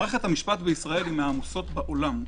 מערכת המשפט בישראל היא מהעמוסות בעולם.